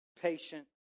patient